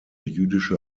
jüdische